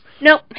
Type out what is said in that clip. Nope